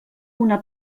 una